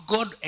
God